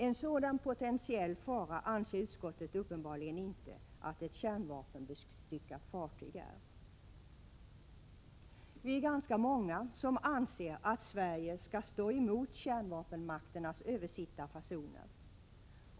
En sådan potentiell fara anser utskottet tydligen inte att ett kärnvapenbestyckat fartyg är. Vi är ganska många som anser att Sverige skall stå emot kärnvapenmakternas översittarfasoner.